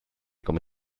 come